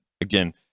again